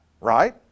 right